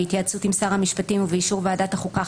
בהתייעצות עם שר המשפטים ובאישור ועדת החוקה,